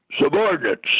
subordinates